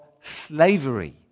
slavery